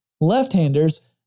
Left-handers